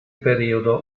periodo